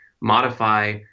modify